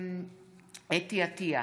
חוה אתי עטייה,